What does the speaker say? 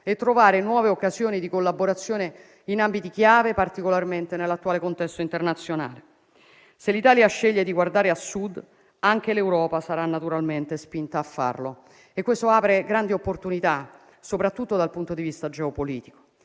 e trovare nuove occasioni di collaborazione in ambiti chiave, particolarmente nell'attuale contesto internazionale. Se l'Italia sceglie di guardare a Sud, anche l'Europa sarà naturalmente spinta a farlo. E questo apre grandi opportunità, soprattutto dal punto di vista geopolitico,